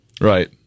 Right